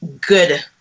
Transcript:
good